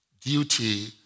duty